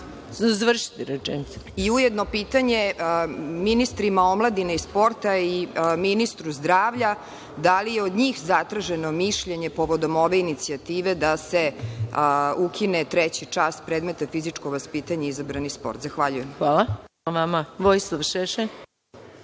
ujedno pitanje ministrima omladine i sporta i ministru zdravlja - da li je od njih zatraženo mišljenje povodom ove inicijative da se ukine treći čas predmeta fizičko vaspitanje, izabrani sport. Zahvaljujem. **Maja Gojković**